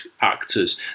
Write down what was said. actors